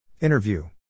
Interview